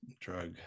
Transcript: drug